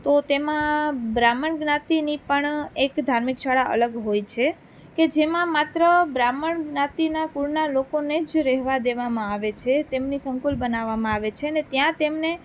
તો તેમાં બ્રાહ્મણ જ્ઞાતિ પણ એક ધાર્મિક શાળા અલગ હોય છે કે જેમાં માત્ર બ્રાહ્મણ જ્ઞાતિના કુળના લોકોને જ રહેવા દેવામાં આવે છે તેમની સંકૂલ બનાવામાં આવે છે ને ત્યાં તેમને